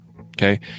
okay